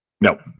no